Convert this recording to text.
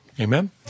Amen